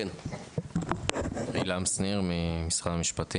אני מייעוץ וחקיקה, משרד המשפטים.